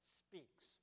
speaks